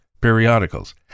periodicals